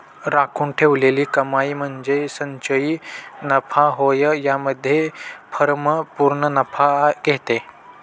राखून ठेवलेली कमाई म्हणजे संचयी नफा होय यामध्ये फर्म पूर्ण नफा घेते